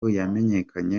yamenyekanye